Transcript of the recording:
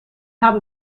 habe